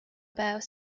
about